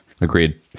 Agreed